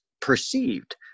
perceived